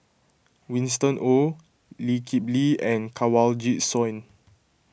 Winston Oh Lee Kip Lee and Kanwaljit Soin